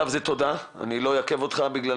אני לא אעכב אותך בגלל